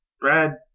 Brad